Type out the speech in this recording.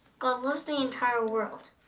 god loves the entire world,